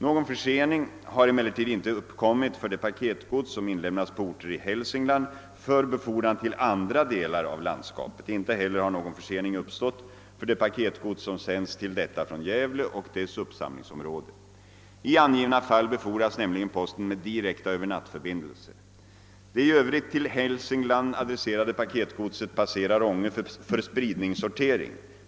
Någon försening har emellertid inte uppkommit för det paketgods som inlämnas på orter i Hälsingland för befordran till andra delar av landskapet. Inte heller har någon försening uppstått för det paketgods, som sänds till detta från Gävle och dess uppsamlingsområde. I angivna fall befordras nämligen posten med direkta övernattförbindelser. Det i övrigt till Hälsingland adresserade paketgodset passerar Ånge för spridningssortering.